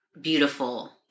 beautiful